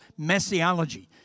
Messiology